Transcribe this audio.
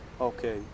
Okay